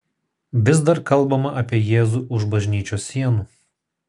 vis dar kalbama apie jėzų už bažnyčios sienų